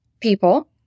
people